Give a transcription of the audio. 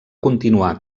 continuar